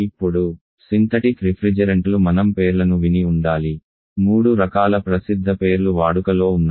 ఇప్పుడు సింథటిక్ రిఫ్రిజెరెంట్లు మనం పేర్లను విని ఉండాలి మూడు రకాల ప్రసిద్ధ పేర్లు వాడుకలో ఉన్నాయి